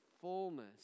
fullness